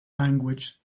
language